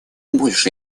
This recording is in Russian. больше